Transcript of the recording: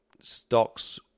stocks